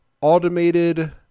automated